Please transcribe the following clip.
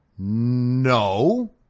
No